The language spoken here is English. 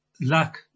luck